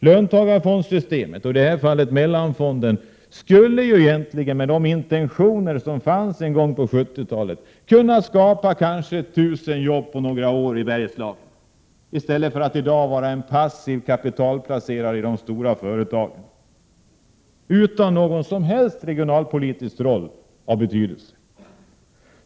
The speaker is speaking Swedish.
Löntagarfondssystemet, i detta fall Mellanfonden, skulle egentligen enligt de intentioner man hade på 70-talet kunna skapa kanske 1000 jobb i Bergslagen på några år. I stället är Mellanfonden i dag en passiv kapitalplacerare i de stora företagen utan någon som helst regionalpolitisk roll av betydelse.